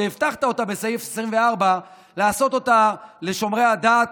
והבטחת אותה בסעיף 24 לשומרי הדת,